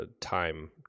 time